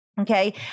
Okay